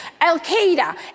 Al-Qaeda